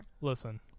Listen